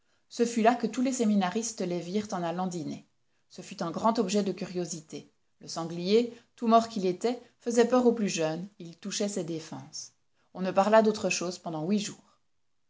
ce fut là que tous les séminaristes les virent en allant dîner ce fut un grand objet de curiosité le sanglier tout mort qu'il était faisait peur aux plus jeunes ils touchaient ses défenses on ne parla d'autre chose pendant huit jours